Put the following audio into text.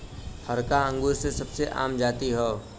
हरका अंगूर के सबसे आम जाति हौ